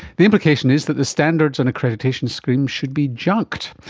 the implication is that the standards and accreditation scheme should be junked.